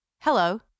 Hello